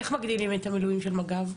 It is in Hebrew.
איך מגדילים את המילואים של מג"ב?